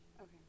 okay